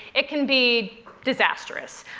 it can be disastrous.